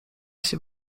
się